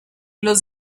los